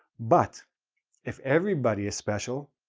but if everybody is special,